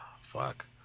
fuck